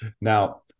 Now